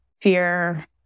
fear